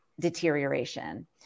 deterioration